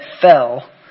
fell